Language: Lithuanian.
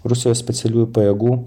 rusijos specialiųjų pajėgų